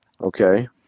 Okay